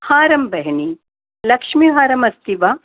हारं बेहिनी लक्ष्मीहारम् अस्ति वा